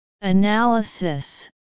Analysis